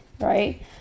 right